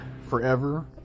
forever